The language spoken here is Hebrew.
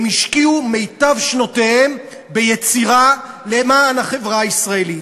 הם השקיעו את מיטב שנותיהם ביצירה למען החברה הישראלית.